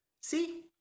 See